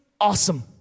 Awesome